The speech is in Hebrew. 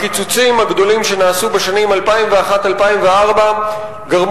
הקיצוצים הגדולים שנעשו בשנים 2001 2004 גרמו